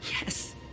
Yes